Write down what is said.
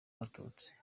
abatutsi